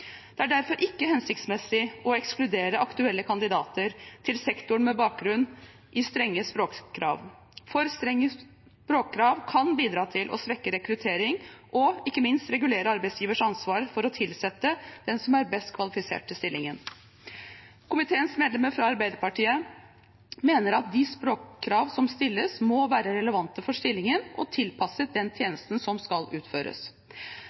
Det er derfor ikke hensiktsmessig å ekskludere aktuelle kandidater til sektoren med bakgrunn i strenge språkkrav. For strenge språkkrav kan bidra til å svekke rekruttering og ikke minst regulere arbeidsgivers ansvar for å tilsette den som er best kvalifisert til stillingen. Komiteens medlemmer fra Arbeiderpartiet mener at de språkkrav som stilles, må være relevante for stillingen og tilpasses den tjenesten som skal utføres.